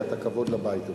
כי אתה כבוד לבית הזה.